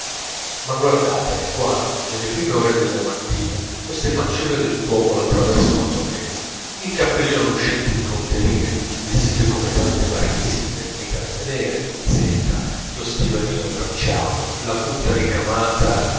ma guardatele quando nelle prime ore della mattina queste fanciulle del popolo attraversano toledo in cappellino lucente di conterie vestite come tante marchesine le calze nere di seta lo stivalino verniciato la punta ricamata